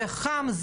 זה חם,